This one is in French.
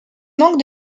manquent